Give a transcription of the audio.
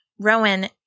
Rowan